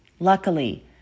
Luckily